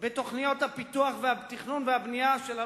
בתוכניות הפיתוח והתכנון והבנייה שלה